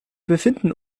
befinden